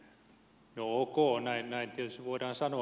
no ok näin tietysti voidaan sanoa